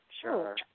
sure